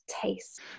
taste